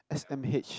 s_m_h